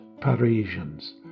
Parisians